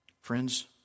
Friends